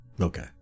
Okay